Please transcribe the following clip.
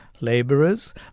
laborers